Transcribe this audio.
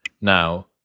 now